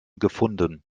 gefunden